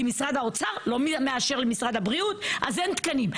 כי משרד האוצר לא מאשר למשרד הבריאות אז אין תקנים.